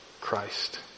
Christ